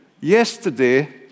yesterday